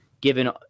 given